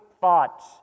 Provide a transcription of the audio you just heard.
thoughts